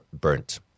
burnt